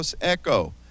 echo